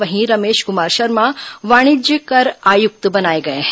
वहीं रमेश कुमार शर्मा वाणिज्य कर आयुक्त बनाए गए हैं